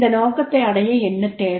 இந்த நோக்கத்தை அடைய என்ன தேவை